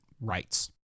rights